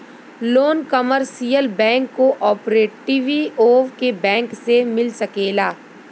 loan commercial bank cooperative bank से मिल सकेला